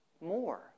more